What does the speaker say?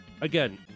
again